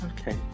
Okay